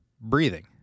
breathing